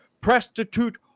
prostitute